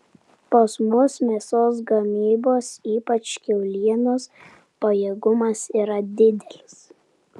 pas mus mėsos gamybos ypač kiaulienos pajėgumas yra didelis